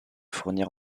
fournir